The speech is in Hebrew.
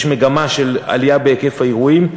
יש מגמה של עלייה בהיקף האירועים,